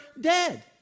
dead